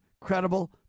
credible